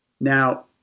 now